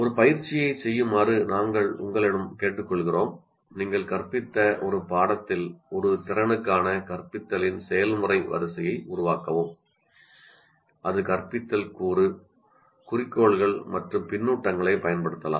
ஒரு பயிற்சியைச் செய்யுமாறு நாங்கள் உங்களிடம் கேட்டுக்கொள்கிறோம் நீங்கள் கற்பித்த ஒரு பாடத்தில் ஒரு திறனுக்கான கற்பித்தலின் செயல்முறை வரிசையை உருவாக்கவும் அது கற்பித்தல் கூறு குறிக்கோள்கள் மற்றும் கருத்துக்களைப் பயன்படுத்தலாம்